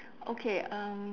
okay um